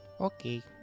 Okay